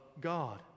God